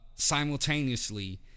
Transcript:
Simultaneously